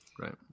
right